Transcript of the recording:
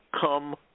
come